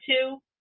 two